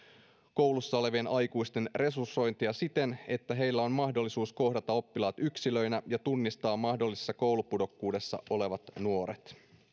koulussa olevien aikuisten resursointia siten että heillä on mahdollisuus kohdata oppilaat yksilöinä ja tunnistaa mahdollisessa koulupudokkuudessa olevat nuoret